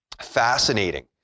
Fascinating